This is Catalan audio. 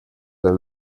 del